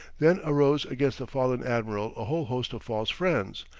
then arose against the fallen admiral a whole host of false friends.